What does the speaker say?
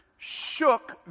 shook